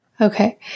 Okay